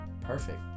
perfect